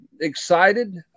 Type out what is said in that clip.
excited